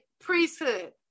priesthood